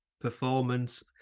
performance